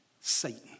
Satan